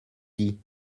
dit